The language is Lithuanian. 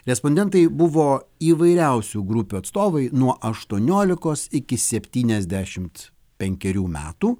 respondentai buvo įvairiausių grupių atstovai nuo aštuoniolikos iki septyniasdešimt penkerių metų